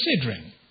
considering